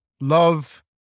love